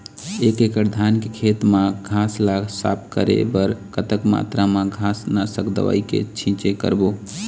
एक एकड़ धान के खेत मा घास ला साफ करे बर कतक मात्रा मा घास नासक दवई के छींचे करबो?